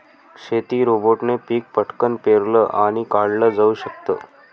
शेती रोबोटने पिक पटकन पेरलं आणि काढल जाऊ शकत